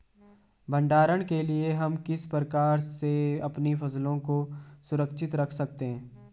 भंडारण के लिए हम किस प्रकार से अपनी फसलों को सुरक्षित रख सकते हैं?